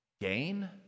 Gain